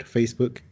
Facebook